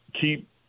keep